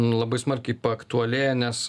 labai smarkiai paaktualėję nes